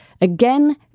Again